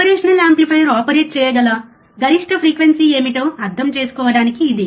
operational amplifier operate చేయగల గరిష్ట frequency ఏమిటో అర్థం చేసుకోవడానికి ఇది